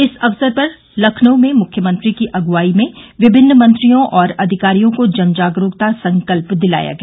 इस अवसर पर लखनऊ में मुख्यमंत्री की अगुआई में विभिन्न मंत्रियों और और अधिकारियों को जन जागरूकता संकल्प दिलाया गया